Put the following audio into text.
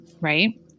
right